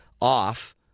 off